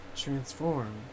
Transform